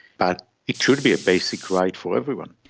but it should be a basic right for everyone.